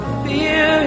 fear